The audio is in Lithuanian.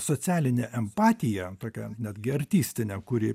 socialinė empatija tokia netgi artistinė kuri